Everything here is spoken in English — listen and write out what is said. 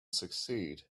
succeed